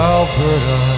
Alberta